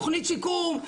תוכנית שיקום,